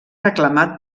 reclamat